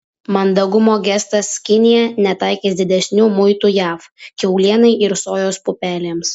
mandagumo gestas kinija netaikys didesnių muitų jav kiaulienai ir sojos pupelėms